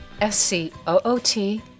S-C-O-O-T